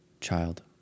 child